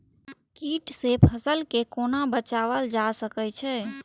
कीट से फसल के कोना बचावल जाय सकैछ?